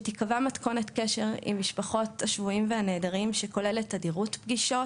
שתיקבע מתכונת קשר עם משפחות השבויים והנעדרים שכוללת תדירות פגישות